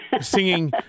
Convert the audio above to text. singing